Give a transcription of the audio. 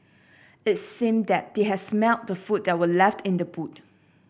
it seemed that they had smelt the food that were left in the boot